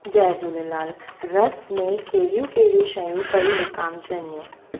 जय झूलेलाल रस में कहिड़ियूं कहिड़ियूं शयूं पयूं विकामिजनि